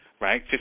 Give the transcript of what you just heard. right